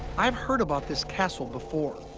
i've heard about this castle before.